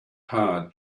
hard